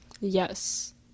yes